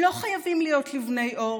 לא חייבים להיות לבני עור,